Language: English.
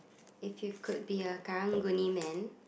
if you could be a karang guni man